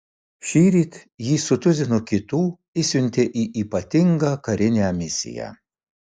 šįryt jį su tuzinu kitų išsiuntė į ypatingą karinę misiją